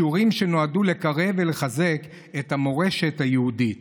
שיעורים שנועדו לקרב ולחזק את המורשת היהודית